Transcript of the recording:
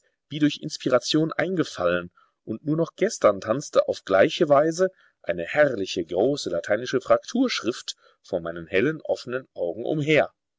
wie durch inspiration eingefallen und nur noch gestern tanzte auf gleiche weise eine herrliche große lateinische frakturschrift vor meinen hellen offenen augen umher